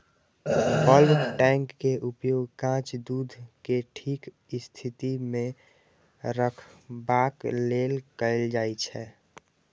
bulk tank के उपयोग कांच दूध कें ठीक स्थिति मे रखबाक लेल कैल जाइ छै